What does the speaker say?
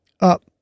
up